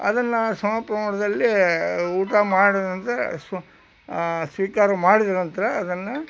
ಅದನ್ನು ಸಮ ಪ್ರಮಾಣದಲ್ಲಿ ಊಟ ಮಾಡಿದ ನಂತರ ಸ್ವ ಸ್ವೀಕಾರ ಮಾಡಿದ ನಂತರ ಅದನ್ನು